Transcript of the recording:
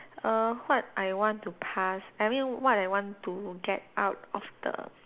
err what I want to pass I mean what I want to get out of the